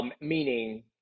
Meaning